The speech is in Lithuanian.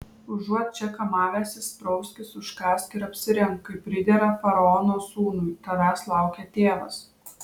užuot čia kamavęsis prauskis užkąsk ir apsirenk kaip pridera faraono sūnui tavęs laukia tėvas